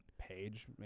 Page